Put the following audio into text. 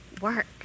Work